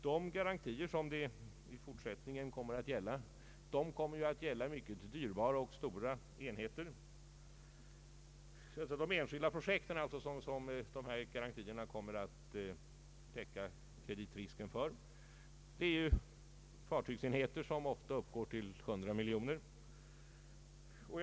De garantier som i fortsättningen kommer att lämnas kommer att gälla mycket dyrbara och stora enheter. De enskilda projekt för vilka dessa garantier kommer att täcka kreditrisken är fartygsenheter där summan uppgår till 100 miljoner kronor.